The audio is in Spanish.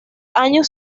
años